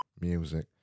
music